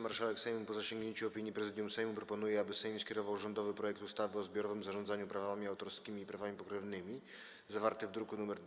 Marszałek Sejmu, po zasięgnięciu opinii Prezydium Sejmu, proponuje, aby Sejm skierował rządowy projekt ustawy o zbiorowym zarządzaniu prawami autorskimi i prawami pokrewnymi, zawarty w druku nr